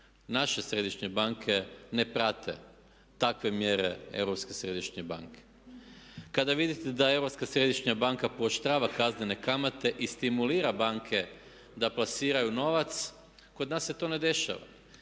središnje banke? Kada vidite da Europska središnja banka pooštrava kaznene kamate i stimulira banke da plasiraju novac kod nas se to ne dešava.